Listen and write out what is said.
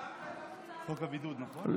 חוק הבידוד, נכון?